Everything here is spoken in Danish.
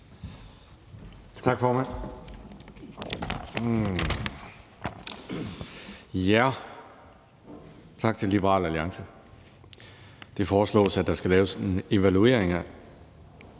Tak, formand. Tak til Liberal Alliance. Det foreslås, at der laves en evaluering af,